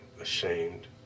ashamed